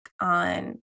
on